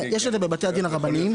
יש את זה בבתי הדין הרבניים.